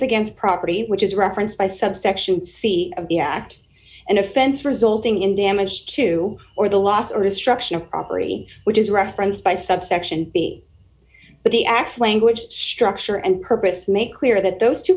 against property which is referenced by subsection c of the act an offense resulting in damage to or the loss or destruction of property which is referenced by subsection b but the acts language structure and purpose make clear that those two